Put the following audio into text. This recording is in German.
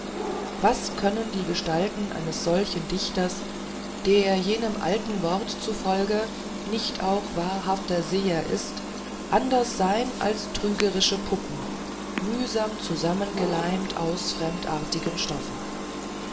was können die gestalten eines solchen dichters der jenem alten wort zufolge nicht auch wahrhafter seher ist anderes sein als trügerische puppen mühsam zusammengeleimt aus fremdartigen stoffen